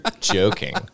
joking